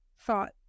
thought